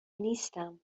نیستم